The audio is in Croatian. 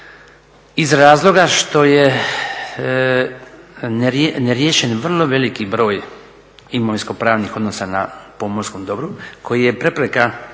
iz razloga što je neriješen vrlo veliki broj imovinsko-pravnih odnosa na pomorskom dobru koji je prepreka